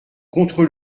contre